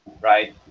right